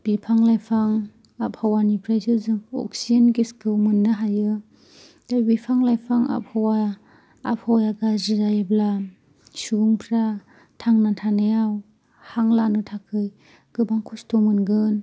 बिफां लाइफां आबहावानिफ्रायसो जों अक्सिजेन गेसखौ मोननो हायो बे बिफां लाइफां आबहावा आबहावाया गाज्रि जायोब्ला सुबुंफ्रा थांना थानायाव हां लानो थाखाय गोबां ख्स्थ' मोनगोन